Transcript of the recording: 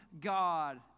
God